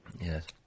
Yes